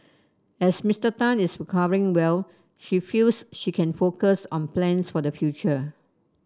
as Mister Tan is recovering well she feels she can focus on plans for the future